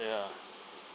ya